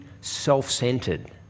self-centered